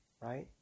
right